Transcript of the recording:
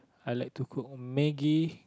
I like to cook Maggie